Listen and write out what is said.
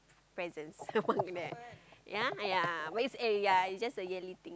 presents among them ya ya but it's eh ya it's just a yearly thing